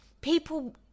people